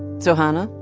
so, hanna?